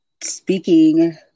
speaking